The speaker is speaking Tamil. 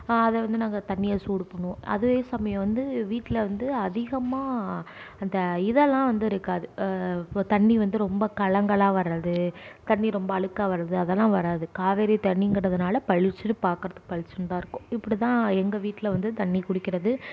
அதை வந்து நாங்கள் தண்ணியை சூடு பண்ணுவோம் அதே சமயம் வந்து வீட்டில் வந்து அதிகமாக அந்த இதெல்லாம் வந்து இருக்காது தண்ணி வந்து ரொம்ப கலங்களாக வர்றது தண்ணி ரொம்ப அழுக்காக வருது அதெல்லாம் வராது காவேரி தண்ணிங்கிறதுனால் பளிச்சுனு பார்க்குறதுக்கு பளிச்சின்னுதான் இருக்குது இப்படிதான் எங்கள் வீட்டில் வந்து தண்ணி குடிக்கிறது